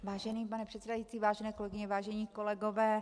Vážený pane předsedající, vážené kolegyně, vážení kolegové.